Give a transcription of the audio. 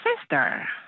sister